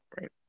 right